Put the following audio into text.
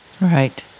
Right